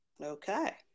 Okay